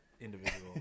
individual